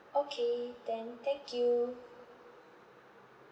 okay then thank you